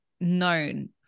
known